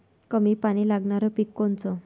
कमी पानी लागनारं पिक कोनचं?